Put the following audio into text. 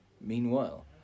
Meanwhile